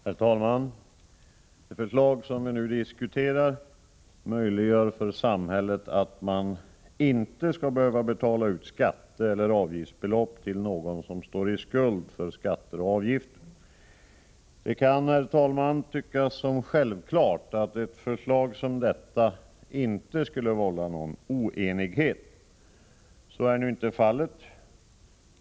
Herr talman! Den reform som vi nu diskuterar möjliggör att samhället i princip inte skall behöva betala ut skatteeller avgiftsbelopp till någon som står i skuld för skatter och avgifter. Det kan tyckas självklart att ett förslag som detta inte skulle vålla någon oenighet. Så är nu inte fallet.